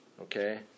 Okay